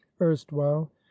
erstwhile